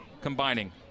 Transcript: combining